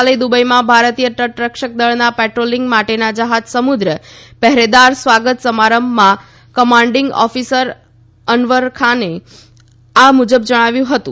ગઇકાલે દુબઇમાં ભારતીય તટ રક્ષક દળના પેટ્રોલીંગ માટેના જહાજ સમુદ્ર પેહેરેદારના સ્વાગત સમારંભમા કંમાન્ડીંગ ઓફીસર અનવરખાને આ મુજબ જણાવ્યુ હતુ